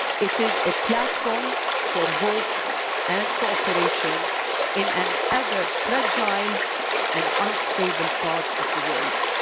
it is a platform for hope and cooperation in an ever-fragile and unstable part of the world.